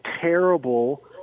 terrible